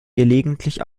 gelegentlich